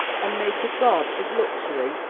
and make a god of luxury.